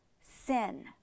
sin